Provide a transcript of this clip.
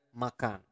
makan